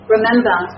Remember